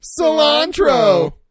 Cilantro